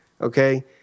okay